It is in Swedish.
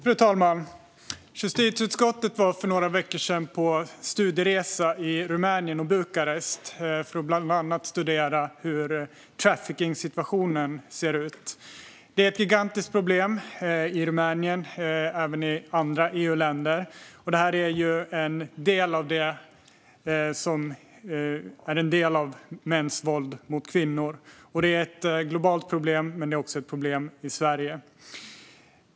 Fru talman! Justitieutskottet var för några veckor sedan på studieresa i Rumänien och Bukarest för att bland annat studera hur traffickingsituationen ser ut. Det är ett gigantiskt problem i Rumänien och även i andra EU-länder. Det här är även en del av mäns våld mot kvinnor. Det är ett globalt problem, men det är också ett problem i Sverige.